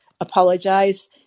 apologize